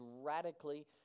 radically